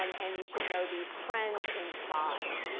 um and you should know these trends in size.